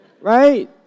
right